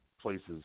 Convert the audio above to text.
places